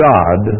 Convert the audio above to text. God